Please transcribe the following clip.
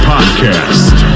Podcast